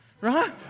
Right